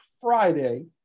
Friday